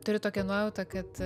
turiu tokią nuojautą kad